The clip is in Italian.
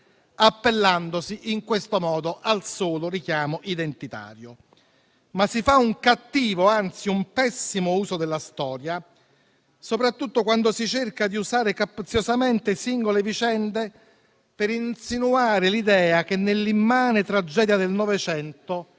appellandosi in questo modo al solo richiamo identitario. Si fa un cattivo, anzi un pessimo uso della storia soprattutto quando si cerca di usare capziosamente singole vicende per insinuare l'idea che nell'immane tragedia del Novecento